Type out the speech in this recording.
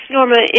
Norma